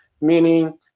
Meaning